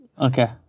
Okay